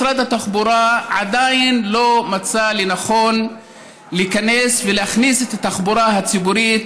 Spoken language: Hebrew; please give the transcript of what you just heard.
משרד התחבורה עדיין לא מצא לנכון להיכנס ולהכניס את התחבורה הציבורית